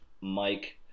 Mike